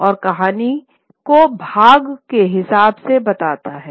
और कहानी को भाग के हिसाब से बताता है